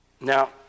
Now